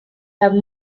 have